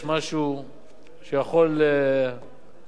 שיכול להיענות להצעה הזאת.